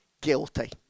guilty